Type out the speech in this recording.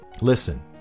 Listen